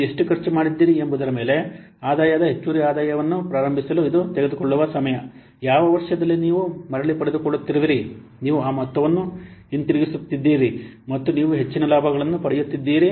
ನೀವು ಎಷ್ಟು ಖರ್ಚು ಮಾಡಿದ್ದೀರಿ ಎಂಬುದರ ಮೇಲೆ ಆದಾಯದ ಹೆಚ್ಚುವರಿ ಆದಾಯವನ್ನು ಪ್ರಾರಂಭಿಸಲು ಇದು ತೆಗೆದುಕೊಳ್ಳುವ ಸಮಯ ಯಾವ ವರ್ಷದಲ್ಲಿ ನೀವು ಮರಳಿಪಡೆದುಕೊಳ್ಳುತ್ತಿರುವಿರಿ ನೀವು ಆ ಮೊತ್ತವನ್ನು ಹಿಂತಿರುಗಿಸುತ್ತಿದ್ದೀರಿ ಮತ್ತು ನೀವು ಹೆಚ್ಚಿನ ಲಾಭಗಳನ್ನು ಪಡೆಯುತ್ತೀರಿ